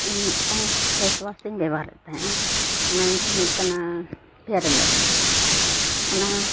ᱤᱧ ᱢᱤᱫᱴᱟᱝ ᱤᱧ ᱵᱮᱵᱚᱦᱟᱨᱮᱫ ᱛᱟᱦᱮᱸᱫᱼᱟ ᱚᱱᱟ ᱧᱩᱛᱩᱢ ᱫᱚ ᱦᱩᱭᱩᱜ ᱠᱟᱱᱟ ᱚᱱᱟ